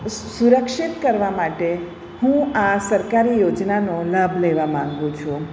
સુરક્ષિત કરવા માટે હું આ સરકારી યોજનાનો લાભ લેવા માગું છું